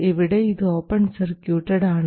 ഇവിടെ ഇത് open circuited ആണ്